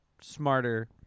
smarter